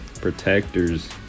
protectors